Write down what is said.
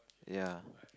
ya